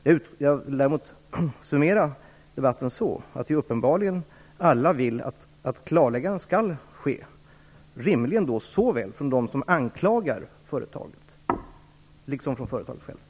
Jag vill däremot summera debatten så, att vi alla uppenbarligen vill att ett klarläggande skall ske rimligen från såväl dem som anklagar företaget som från företaget självt.